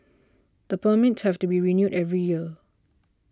the permits have to be renewed every year